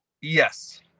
yes